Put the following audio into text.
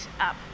up